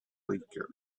weaker